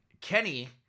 Kenny